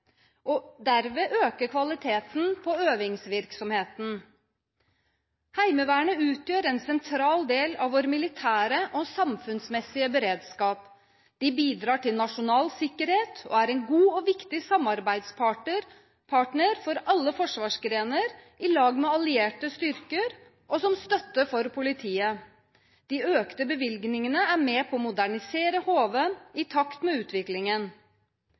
og derved øke kvaliteten på øvingsvirksomheten. Heimevernet utgjør en sentral del av vår militære og samfunnsmessige beredskap. De bidrar til nasjonal sikkerhet og er en god og viktig samarbeidspartner for alle forsvarsgrener, i lag med allierte styrker, og som støtte for politiet. De økte bevilgningene er med på å modernisere HV i takt med utviklingen.